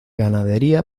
ganadería